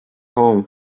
home